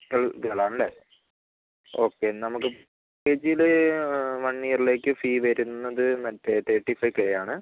girl girl ആണ് അല്ലേ okay നമുക്ക് എൽ കെ ജിയിൽ വൺ ഇയറിലേക്ക് ഫീ വരുന്നത് മറ്റേ തേർട്ടി ഫൈവ് കെ ആണ്